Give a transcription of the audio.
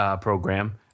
program